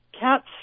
Cat's